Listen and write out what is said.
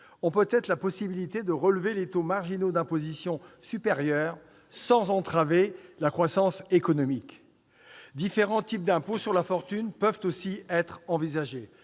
ont peut-être la possibilité de relever les taux marginaux d'imposition supérieurs sans entraver la croissance économique. Différents types d'impôts sur la fortune peuvent aussi être envisagés